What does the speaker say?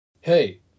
Hey